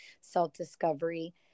self-discovery